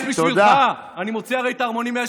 אני לא כופה על אף